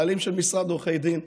הייתי בעלים של משרד עורכי דין.